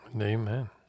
Amen